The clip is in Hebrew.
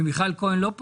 ומיכל כהן לא פה?